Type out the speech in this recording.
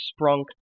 Sprunk